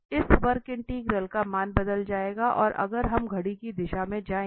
इस वक्र इंटीग्रल का मान बदल जाएगा अगर हम घड़ी की दिशा में जाएंगे